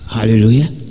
Hallelujah